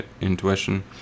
intuition